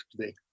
today